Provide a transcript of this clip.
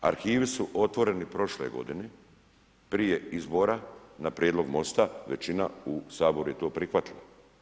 Arhivi su otvoreni prošle godine, prije izbora na prijedlog MOST-a, većina u Saboru je to prihvatila.